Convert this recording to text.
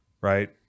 right